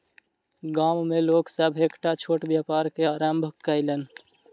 गाम में लोक सभ एकटा छोट व्यापार के आरम्भ कयलैन